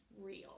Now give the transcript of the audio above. real